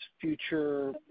future